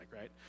right